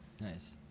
nice